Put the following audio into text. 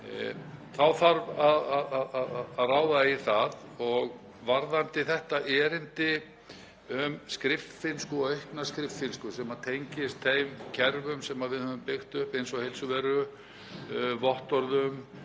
Þá þarf að ráða í það. Varðandi þetta erindi um skriffinnsku og aukna skriffinnsku sem tengist þeim kerfum sem við höfum byggt upp, eins og Heilsuveru, vottorðum